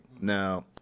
Now